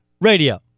Radio